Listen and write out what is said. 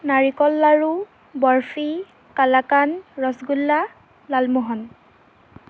নাৰিকল লাৰু বৰফি কালাকান্দ ৰসগোল্লা লালমহন